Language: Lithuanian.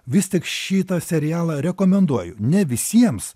vis tik šitą serialą rekomenduoju ne visiems